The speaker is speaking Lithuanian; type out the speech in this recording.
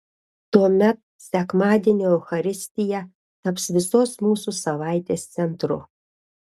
tuomet sekmadienio eucharistija taps visos mūsų savaitės centru